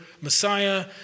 Messiah